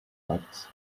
parts